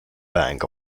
bank